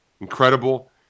incredible